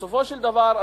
בסופו של דבר,